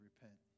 repent